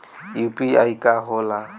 UPI का होला?